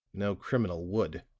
no criminal would,